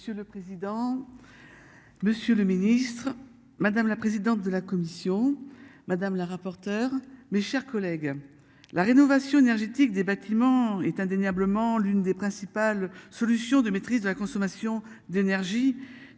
Monsieur le président. Monsieur le Ministre, madame la présidente de la commission, madame la rapporteure, mes chers collègues. La rénovation énergétique des bâtiments est indéniablement, l'une des principales solutions de maîtrise de la consommation d'énergie